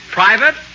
private